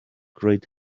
great